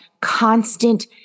constant